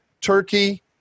Turkey